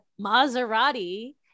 Maserati